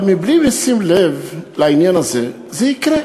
אבל בלי לשים לב לעניין הזה, זה יקרה.